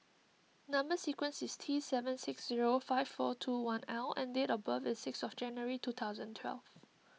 Number Sequence is T seven six five four two one L and date of birth is sixth January two thousand and twelve